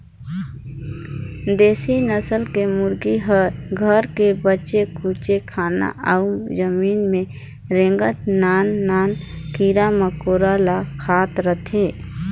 देसी नसल के मुरगी ह घर के बाचे खुचे खाना अउ जमीन में रेंगत नान नान कीरा मकोरा ल खात रहथे